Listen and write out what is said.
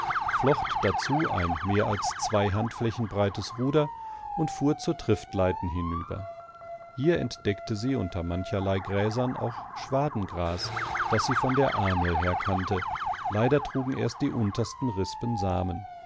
flocht dazu ein mehr als zwei handflächen breites ruder und fuhr zur triftleiten hinüber hier entdeckte sie unter mancherlei gräsern auch schwadengras das sie von der ahnl her kannte leider trugen erst die untersten